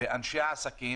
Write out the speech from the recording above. והם